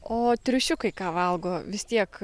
o triušiukai ką valgo vis tiek